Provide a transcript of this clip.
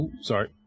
sorry